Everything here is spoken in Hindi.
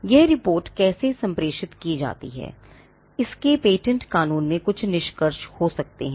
यह रिपोर्ट कैसे संप्रेषित की जाती है इसके पेटेंट कानून में कुछ निष्कर्ष हो सकते हैं